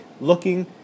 looking